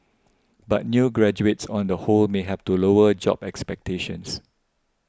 but new graduates on the whole may have to lower job expectations